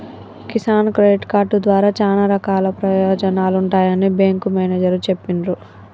Kisan credit card ద్వారా చానా రకాల ప్రయోజనాలు ఉంటాయని బేంకు మేనేజరు చెప్పిన్రు